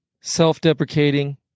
Self-deprecating